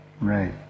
Right